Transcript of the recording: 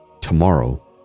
tomorrow